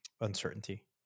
uncertainty